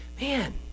man